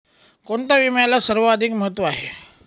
कोणता विम्याला सर्वाधिक महत्व आहे?